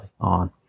on